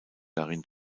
darin